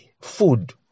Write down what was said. food